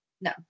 No